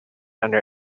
under